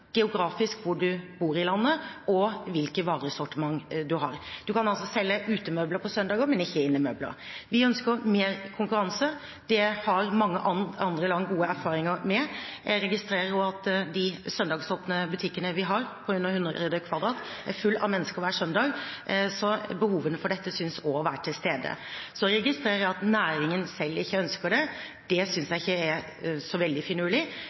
geografisk, hvor man bor i landet, og hvilket varesortiment man har. Man kan altså selge utemøbler på søndager, men ikke innemøbler. Vi ønsker mer konkurranse. Det har mange andre land gode erfaringer med. Jeg registrerer også at de søndagsåpne butikkene vi har på under 100 m2, er fulle av mennesker hver søndag, så behovet for dette synes også å være til stede. Så registrerer jeg at næringen selv ikke ønsker det. Det synes jeg ikke er så veldig